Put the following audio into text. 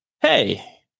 Hey